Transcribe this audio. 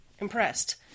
impressed